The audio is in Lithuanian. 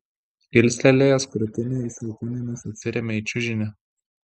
kilstelėjęs krūtinę jis alkūnėmis atsiremia į čiužinį